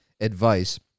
advice